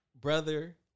Brother